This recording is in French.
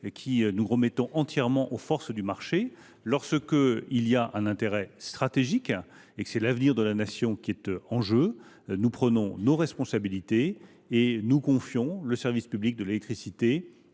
qui nous en remettons entièrement aux forces du marché. Lorsqu’il y a un intérêt stratégique et que l’avenir de la Nation est en jeu, nous prenons nos responsabilités et nous confions le service public de l’électricité